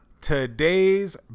today's